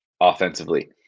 offensively